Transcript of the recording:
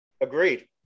Agreed